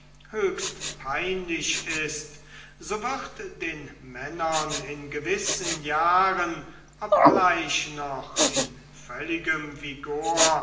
höchst peinlich ist so wird den männern in gewissen jahren obgleich noch im völligen